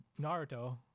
Naruto